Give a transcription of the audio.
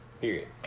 Period